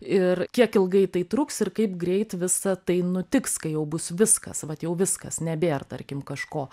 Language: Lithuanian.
ir kiek ilgai tai truks ir kaip greit visa tai nutiks kai jau bus viskas vat jau viskas nebėr tarkim kažko